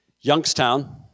Youngstown